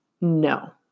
No